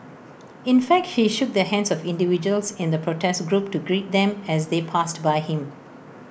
in fact he shook the hands of individuals in the protest group to greet them as they passed by him